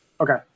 okay